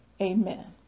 Amen